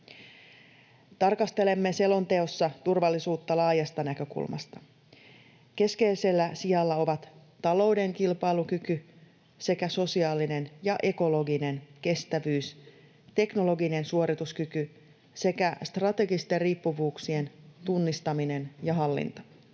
Tarkastelemme selonteossa turvallisuutta laajasta näkökulmasta. Keskeisellä sijalla ovat talouden kilpailukyky sekä sosiaalinen ja ekologinen kestävyys, teknologinen suorituskyky sekä strategisten riippuvuuksien tunnistaminen ja hallinta.